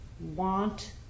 want